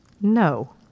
No